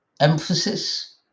emphasis